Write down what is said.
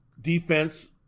defense